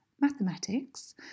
mathematics